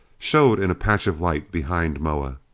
showed in a patch of light behind moa.